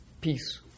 peace